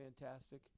fantastic